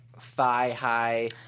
thigh-high